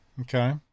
Okay